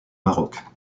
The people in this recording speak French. maroc